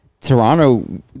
Toronto